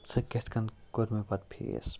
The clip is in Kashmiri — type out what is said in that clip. سُہ کِتھ کٔنۍ کوٚر مےٚ پَتہٕ فیس